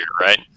Right